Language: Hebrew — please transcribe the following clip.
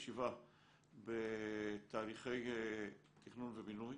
בתהליכי תכנון ובינוי,